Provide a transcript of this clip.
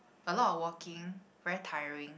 a lot of walking very tiring